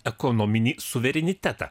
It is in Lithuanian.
ekonominį suverenitetą